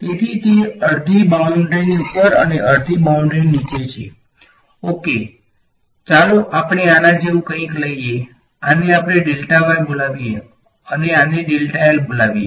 તેથી તે અડધી બાઉંડ્રીની ઉપર અને અડધી બાઉંડ્રીથી નીચે છેઓકે ચાલો આપણે આના જેવું કંઈક લઈએ આપણે આને બોલાવીએ અને આને બોલાવીએ